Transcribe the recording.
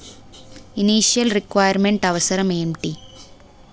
Initial requirement అవసరం ఎంటి?